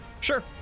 Sure